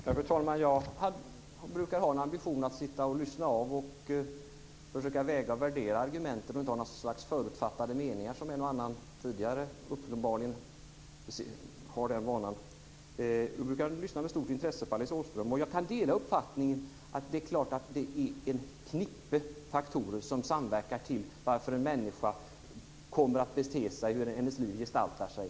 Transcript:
Fru talman! Jag brukar ha ambitionen att sitta och lyssna och försöka väga och värdera argumenten och inte ha några förutfattade meningar. Uppenbarligen har en och annan tidigare talare den vanan. Jag brukar lyssna med stort intresse på Alice Åström. Och jag kan dela uppfattningen att det är klart att det är en knippe faktorer som samverkar till hur en människas liv kommer att gestalta sig och hur hon kommer att bete sig.